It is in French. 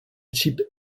type